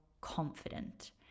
confident